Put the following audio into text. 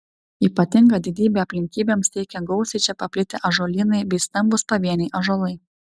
ypatingą didybę apylinkėms teikia gausiai čia paplitę ąžuolynai bei stambūs pavieniai ąžuolai